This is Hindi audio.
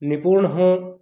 निपुण हों